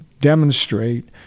demonstrate